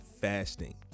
fasting